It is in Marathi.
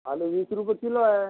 आलू वीस रुपये किलो आहे